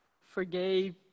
forgave